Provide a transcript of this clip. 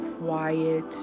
quiet